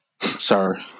sorry